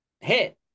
hit